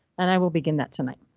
and i will begin that tonight.